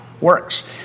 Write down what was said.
works